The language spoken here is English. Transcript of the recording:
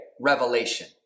revelation